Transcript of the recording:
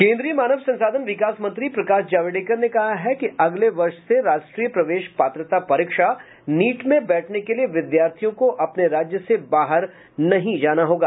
केंद्रीय मानव संसाधन विकास मंत्री प्रकाश जावड़ेकर ने कहा है कि अगले वर्ष से राष्ट्रीय प्रवेश पात्रता परीक्षा नीट में बैठने के लिए विद्यार्थियों को अपने राज्य से बाहर नहीं जाना होगा